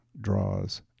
draws